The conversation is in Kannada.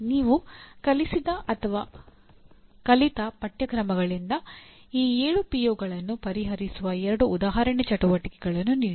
ನೀವು ಕಲಿಸಿದ ಮತ್ತು ಕಲಿತ ಪಠ್ಯಕ್ರಮಗಳಿಂದ ಈ 7 ಪಿಒಗಳನ್ನು ಪರಿಹರಿಸುವ ಎರಡು ಉದಾಹರಣೆ ಚಟುವಟಿಕೆಗಳನ್ನು ನೀಡಿ